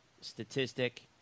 statistic